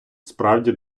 справді